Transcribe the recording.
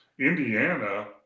Indiana